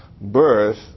birth